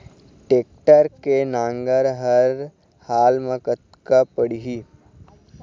Tractor के नांगर हर हाल मा कतका पड़िही?